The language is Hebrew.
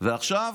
ועכשיו